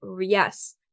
yes